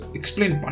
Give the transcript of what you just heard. explain